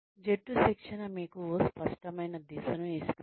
జట్టు శిక్షణ మీకు స్పష్టమైన దిశను ఇస్తుంది